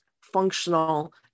functional